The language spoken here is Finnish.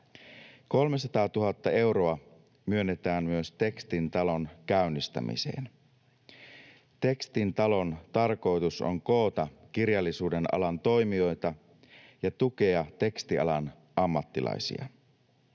300 000 euroa myönnetään Tekstin talon käynnistämiseen. Tekstin talon tarkoitus on koota kirjallisuuden alan toimijoita ja tukea tekstialan ammattilaisia.